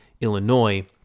Illinois